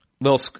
little